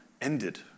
ended